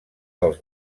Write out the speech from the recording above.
dels